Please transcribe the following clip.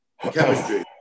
Chemistry